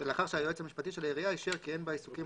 ולאחר שהיועץ המשפטי של העירייה אישר כי אין בעיסוקים